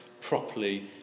properly